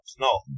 No